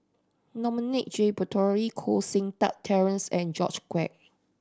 Dominic J Puthucheary Koh Seng Kiat Terence and George Quek